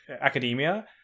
academia